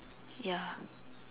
ya